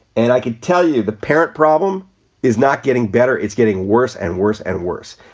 and i can tell you the parent problem is not getting better. it's getting worse and worse and worse.